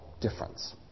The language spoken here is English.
difference